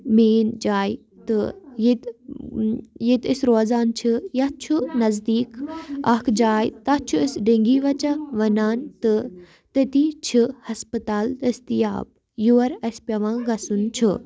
main جاے تہٕ ییٚتہٕ ییٚتہٕ أسۍ روزان چھِ یَتھ چھُ نزدیٖک اَکھ جاے تَتھ چھُ أسۍ ڈینگی وَچہ وَنان تہٕ تٔتی چھِ ہَسپَتال دٔستیاب یور اَسہِ پٮ۪وان گژھُن چھُ